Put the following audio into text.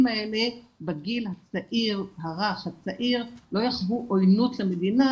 האלה בגיל הרך והצעיר לא יחוו עוינות למדינה,